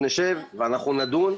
אנחנו נשב ואנחנו נדון.